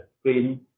screen